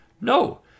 No